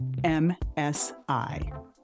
MSI